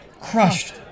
crushed